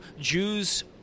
Jews